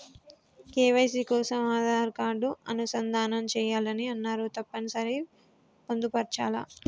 KYC కోసం Aadhaar card అనుసంధానం చేయాలని అన్నరు తప్పని సరి పొందుపరచాలా?